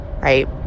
right